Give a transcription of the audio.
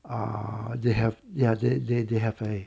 uh they have ya they they they have a